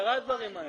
הדברים האלה קרו.